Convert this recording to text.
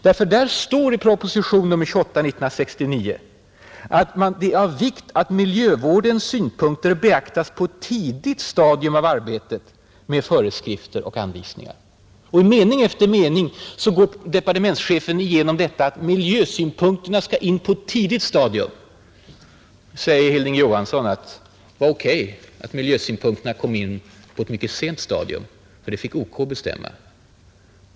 Det står nämligen i proposition nr 28 år 1969 att det är ”av vikt att miljövårdens synpunkter beaktas på ett tidigt stadium av arbetet med sådana föreskrifter och anvisningar” . Och i mening efter mening slår departementschefen fast just detta att miljösynpunkterna skall in på ett tidigt stadium. Nu säger Hilding Johansson tvärtom att det var OK att miljösynpunkterna kom in på ett mycket sent stadium, för det fick OK bestämma.